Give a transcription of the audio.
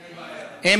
חמד עמאר (ישראל ביתנו): אין בעיה.